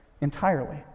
entirely